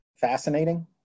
fascinating